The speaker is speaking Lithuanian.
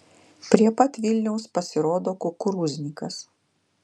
prie pat vilniaus pasirodo kukurūznikas